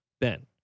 Ben